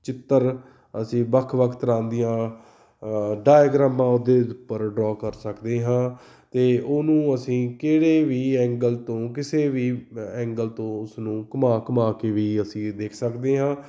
ਚਿੱਤਰ ਅਸੀਂ ਵੱਖ ਵੱਖ ਤਰ੍ਹਾਂ ਦੀਆਂ ਡਾਇਗਰਾਮਾਂ ਉਹਦੇ ਉੱਪਰ ਡਰੋਅ ਕਰ ਸਕਦੇ ਹਾਂ ਅਤੇ ਉਹਨੂੰ ਅਸੀਂ ਕਿਹੜੇ ਵੀ ਐਂਗਲ ਤੋਂ ਕਿਸੇ ਵੀ ਐਂਗਲ ਤੋਂ ਉਸਨੂੰ ਘੁੰਮਾ ਘੁੰਮਾ ਕੇ ਵੀ ਅਸੀਂ ਦੇਖ ਸਕਦੇ ਹਾਂ